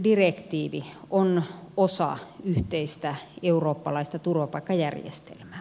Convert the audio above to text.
menettelydirektiivi on osa yhteistä eurooppalaista turvapaikkajärjestelmää